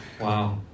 Wow